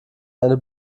eine